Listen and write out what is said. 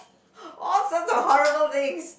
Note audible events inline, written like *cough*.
*laughs* all sorts of horrible things